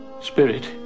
Spirit